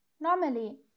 Normally